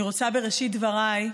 אני רוצה, בראשית דבריי,